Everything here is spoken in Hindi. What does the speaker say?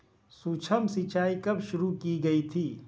सूक्ष्म सिंचाई कब शुरू की गई थी?